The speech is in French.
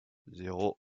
zéro